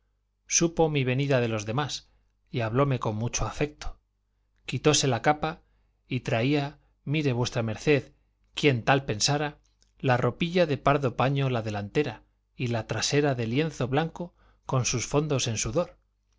supo mi venida de los demás y hablóme con mucho afecto quitóse la capa y traía mire v md quién tal pensara la ropilla de pardo paño la delantera y la trasera de lienzo blanco con sus fondos en sudor